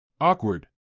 Awkward